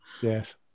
Yes